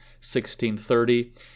1630